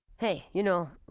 hey, you know,